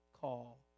call